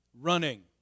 running